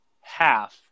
half